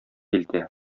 илтә